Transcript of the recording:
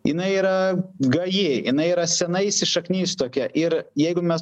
jinai yra gaji jinai yra sena įsišaknijus tokia ir jeigu mes